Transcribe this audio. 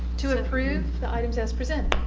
to approve the items as presented?